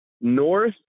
north